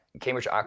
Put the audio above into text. cambridge